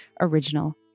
original